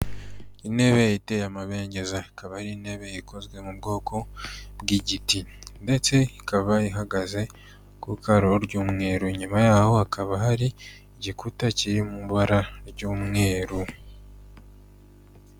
Intebe iteye amabengeza, ikaba ari intebe ikozwe mu bwoko bw'igiti ndetse ikaba ihagaze ku karo ry'umweru, inyuma yaho hakaba hari igikuta kiri mu ibara ry'umweru.